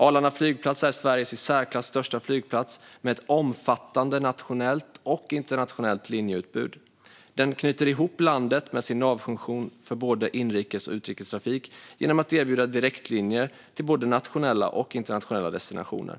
Arlanda flygplats är Sveriges i särklass största flygplats med ett omfattande nationellt och internationellt linjeutbud. Den knyter ihop landet med sin navfunktion för både inrikes och utrikestrafik genom att erbjuda direktlinjer till både nationella och internationella destinationer.